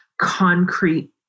concrete